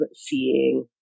seeing